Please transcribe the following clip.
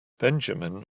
benjamin